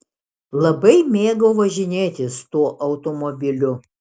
labai mėgau važinėtis tuo automobiliu